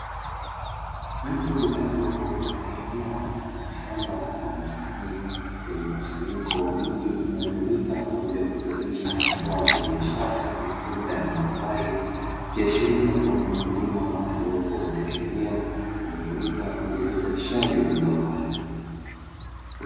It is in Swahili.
Mtu aliopo katika eneo mfano wa shamba ama bustani lenye mkusanyiko wa miti inayotumika kwajili ya kuzalisha mazao ya biashara ya matunda ya mipapai, ikiashiria kuwa ni mkulima aliopo katika eneo linalotumika kwajili ya uzalishaji wa mazao hayo.